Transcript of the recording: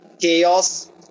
chaos